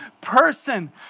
person